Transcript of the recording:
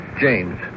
James